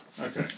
Okay